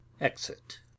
exit